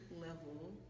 level